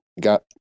got